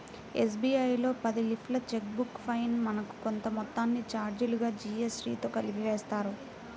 SBI లో పది లీఫ్ల చెక్ బుక్ పైన మనకు కొంత మొత్తాన్ని చార్జీలుగా జీఎస్టీతో కలిపి వేస్తారు